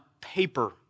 paper